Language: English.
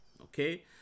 okay